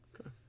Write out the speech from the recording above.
okay